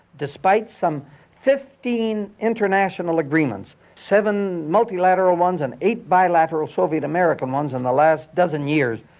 despite some fifteen international agreements, seven multilateral ones and eight bilateral soviet american ones in the last dozen years,